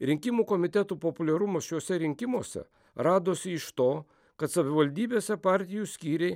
rinkimų komitetų populiarumas šiuose rinkimuose radosi iš to kad savivaldybėse partijų skyriai